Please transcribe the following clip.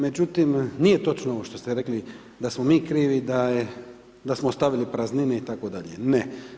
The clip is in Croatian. Međutim, nije točno ovo što ste rekli da smo mi krivi, da je, da smo ostavili praznine itd., ne.